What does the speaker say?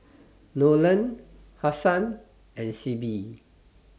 Nolen Hassan and Sibbie